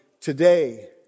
today